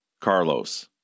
Carlos